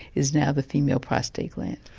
is now the female prostate gland.